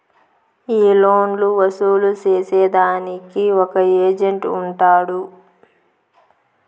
ఈ లోన్లు వసూలు సేసేదానికి ఒక ఏజెంట్ ఉంటాడు